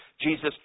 Jesus